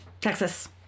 texas